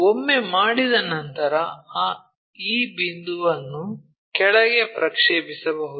ಒಮ್ಮೆ ಮಾಡಿದ ನಂತರ ಈ ಬಿಂದುವನ್ನು ಕೆಳಗೆ ಪ್ರಕ್ಷೇಪಿಸಬಹುದು